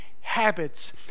habits